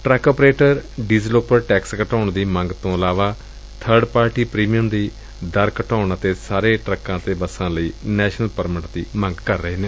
truck operator diesel ਉਪਰ tax ਘਟਾਉਣ ਦੀ ਮੰਗ ਤੋਂ ਇਲਾਵਾ ਬਰਡ ਪਾਰਟੀ ਪ੍ਰੀਮੀਅਮ ਦੀ ਦਰ ਘਟਾਉਣ ਅਤੇ ਸਾਰੇ ਟਰੱਕਾਂ ਤੇ ਬੱਸਾਂ ਲਈ ਨੈਸ਼ਨਲ ਪਰਮਿਟ ਦੀ ਮੰਗ ਵੀ ਕਰ ਰਹੇ ਨੇ